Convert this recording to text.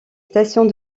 stations